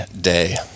day